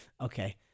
okay